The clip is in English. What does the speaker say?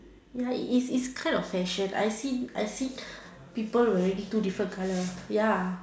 ya it is it's kind of fashion I've seen I've see people wearing two different color ya